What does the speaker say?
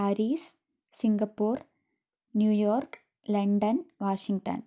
Paris Singapore New York London Washington